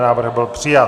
Návrh byl přijat.